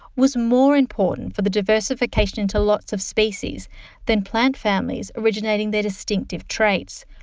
was more important for the diversification into lots of species than plant families originating their distinctive traits,